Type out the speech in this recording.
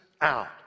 out